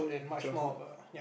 childhood